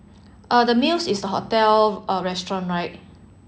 uh the meals is the hotel uh restaurant right